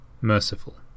merciful